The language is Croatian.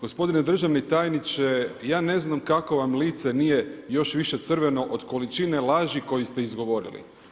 Gospodine državni tajniče, ja ne znam, kako vam lice nije još više crveno od količine laži koju ste izgovorili.